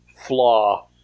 flaw